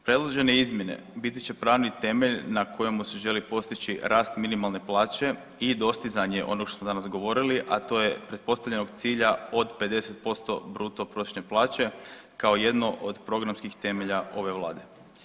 Predložene izmjene biti će pravni temelj na kojemu se želi postići rast minimalne plaće i dostizanje, onog što smo danas govorili, a to je pretpostavljenog cilja od 50% bruto prosječne plaće, kao jedno od programskih temelja ove Vlade.